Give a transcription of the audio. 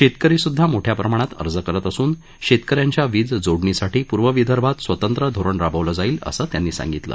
शेतकरीसुध्दा मोठ्या प्रमाणात अर्ज करीत असून शेतक यांच्या विज जोडणीसाठी पूर्व विदर्भात स्वतंत्र धोरण राबवलं जाईल असं त्यांनी सांगितलं